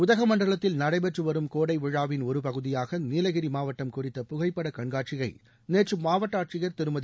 உதகமண்டலத்தில் நடைபெற்று வரும் கோடை விழாவின் ஒரு பகுதியாக நீலகிரி மாவட்டம் குறித்த புகைப்படக் கண்காட்சியை நேற்று மாவட்ட ஆட்சியர் திருமதி